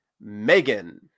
Megan